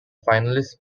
finalist